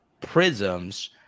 prisms